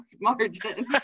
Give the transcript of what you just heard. margin